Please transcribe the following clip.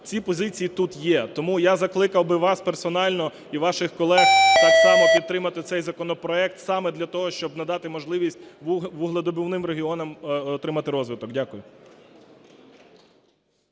Ці позиції тут є. Тому я закликав би вас персонально і ваших колег так само підтримати цей законопроект саме для того, щоби надати можливість вугледобувним регіонам отримати розвиток. Дякую.